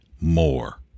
more